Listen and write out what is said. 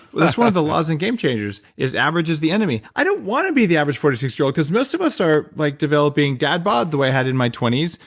that's one of the laws in game changers, is average is the enemy. i don't wanna be the average forty six year old, cause most of us are like, developing dad bod the way i had in my twenty s,